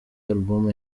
album